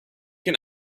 can